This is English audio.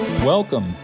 Welcome